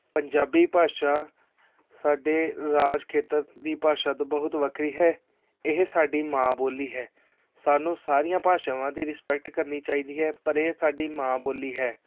ਪੰਜਾਬੀ ਭਾਸ਼ਾ ਸਾਡੇ ਰਾਜ ਖੇਤਰ ਦੀ ਭਾਸ਼ਾ ਤੋਂ ਬਹੁਤ ਵੱਖਰੀ ਹੈ ਇਹ ਸਾਡੀ ਮਾਂ ਬੋਲੀ ਹੈ ਸਾਨੂੰ ਸਾਰੀਆਂ ਭਾਸ਼ਾਵਾਂ ਦੀ ਰਿਸਪੈਕਟ ਕਰਨੀ ਚਾਹੀਦੀ ਹੈ ਪਰ ਇਹ ਸਾਡੀ ਮਾਂ ਬੋਲੀ ਹੈ